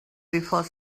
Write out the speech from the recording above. before